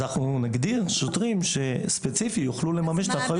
אז אנחנו נגדיר שוטרים שספציפית יוכלו לממש את האחריות שלהם.